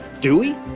do we?